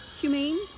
humane